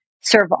serve